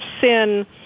sin